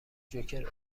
جوکر